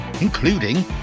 including